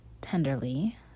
tenderly